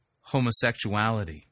homosexuality